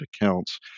accounts